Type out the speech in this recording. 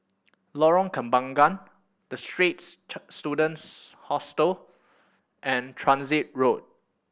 Lorong Kembangan The Straits Students Hostel and Transit Road